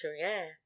air